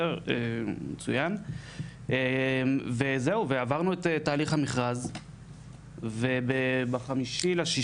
וזהו ועברנו את תהליך המכרז וב-5.6